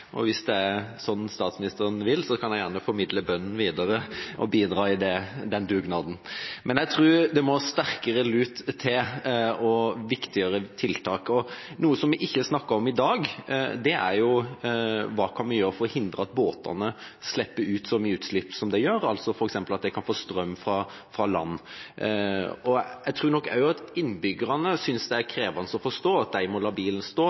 Hvis det er det statsministeren vil, kan jeg gjerne formidle bønnen videre og bidra i den dugnaden. Jeg tror det må sterkere lut og viktigere tiltak til. Noe vi ikke har snakket om i dag, er hva vi kan gjøre for å hindre at båtene slipper ut så mye som de gjør, f.eks. at de kan få strøm fra land. Jeg tror nok innbyggerne synes det er krevende å forstå at de må la bilen stå